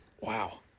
Wow